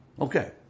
Okay